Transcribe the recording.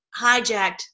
hijacked